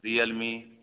Realme